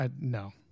no